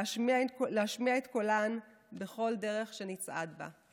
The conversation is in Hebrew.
להשמיע את קולן בכל דרך שנצעד בה.